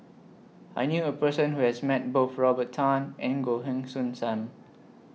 I knew A Person Who has Met Both Robert Tan and Goh Heng Soon SAM